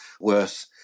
worse